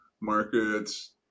markets